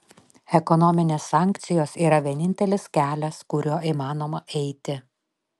ekonominės sankcijos yra vienintelis kelias kuriuo įmanoma eiti